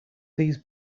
these